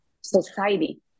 society